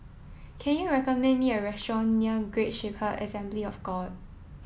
can you recommend me a restaurant near Great Shepherd Assembly of God